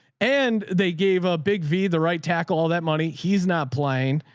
and they gave a big v the right tackle, all that money. he's not playing.